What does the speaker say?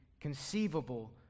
conceivable